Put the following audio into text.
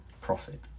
profit